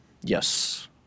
Yes